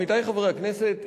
עמיתי חברי הכנסת,